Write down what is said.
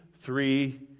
three